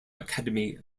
academy